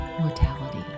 mortality